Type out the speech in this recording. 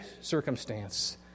circumstance